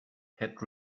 had